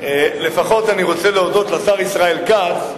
לפחות אני רוצה להודות לשר ישראל כץ,